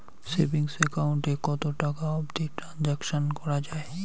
Savings account এ কতো টাকা অবধি ট্রানসাকশান করা য়ায়?